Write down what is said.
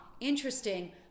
interesting